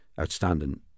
outstanding